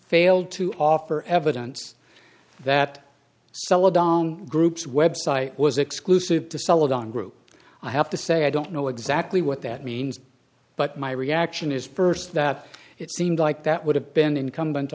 failed to offer evidence that celadon group's website was exclusive to sell it on group i have to say i don't know exactly what that means but my reaction is st that it seemed like that would have been incumbent